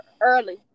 early